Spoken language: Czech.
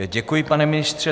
Děkuji, pane ministře.